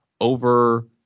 over